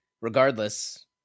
regardless